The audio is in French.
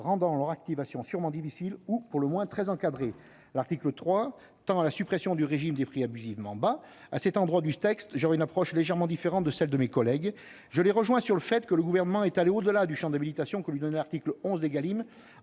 rendant leur activation sûrement difficile, sinon très encadrée. L'article 3 tend à la suppression du régime des prix abusivement bas. À cet endroit du texte, j'aurai une approche légèrement différente de celle de mes collègues. Je les rejoins sur le fait que le Gouvernement est allé au-delà du champ de l'habilitation que lui donnait l'article 11 de la